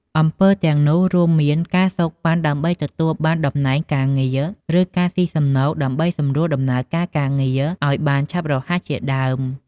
អំពើទាំងនោះរួមមាន ការសូកប៉ាន់ដើម្បីទទួលបានតំណែងការងារ ឬការស៊ីសំណូកដើម្បីសម្រួលដំណើរការការងារឲ្យបានឆាប់រហ័សជាដើម។